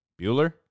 Bueller